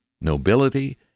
nobility